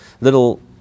little